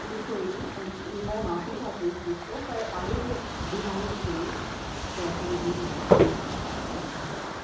چلیے کوئی نہیں ہم میں معافی چاہتی ہوں اس چیز کو پر آگے سے دھیان رکھیں گے کہ ایسا نہیں ہو جی